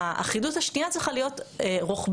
האחידות השנייה צריכה להיות רוחבית.